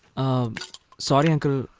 sorry uncle,